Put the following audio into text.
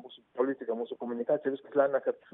mūsų politiką mūsų komunikaciją viskas lemia kad